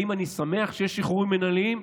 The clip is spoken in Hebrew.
האם אני שמח שיש שחרורים מינהליים?